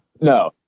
No